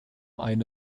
eine